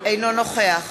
אינו נוכח